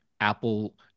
Apple